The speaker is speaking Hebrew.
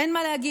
אין מה להגיד,